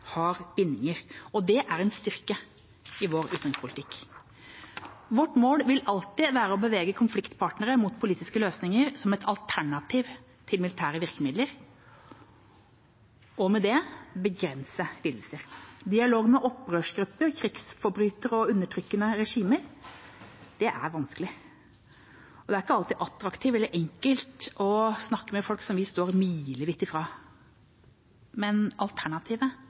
har bindinger. Det er en styrke i vår utenrikspolitikk. Vårt mål vil alltid være å bevege konfliktparter mot politiske løsninger som et alternativ til militære virkemidler, og med det begrense lidelser. Dialog med opprørsgrupper, krigsforbrytere og undertrykkende regimer er vanskelig. Det er ikke alltid attraktivt eller enkelt å snakke med folk vi står milevidt fra, men alternativet